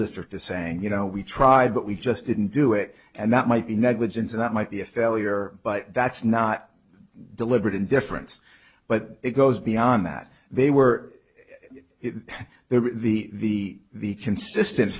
district is saying you know we tried but we just didn't do it and that might be negligence and that might be a failure but that's not deliberate indifference but it goes beyond that they were there the the consistent